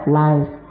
life